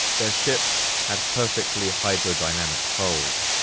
their ships had perfectly hydrodynamic hulls,